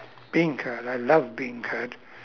beancurd I love beancurd